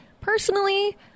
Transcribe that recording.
personally